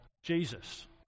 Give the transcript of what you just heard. jesus